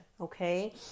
Okay